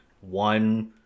one